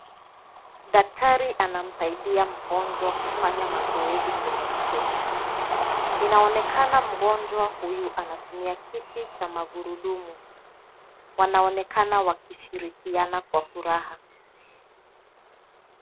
Daktari anamsaidia mgonjwa kufanya mazoezi kwenye mkeka. Inaonekana mgonjwa huyu anatumia kiti cha magurudumu. Wanaonekana wakishikiana kwa furaha.